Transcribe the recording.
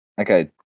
Okay